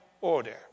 order